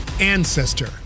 ancestor